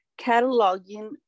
cataloging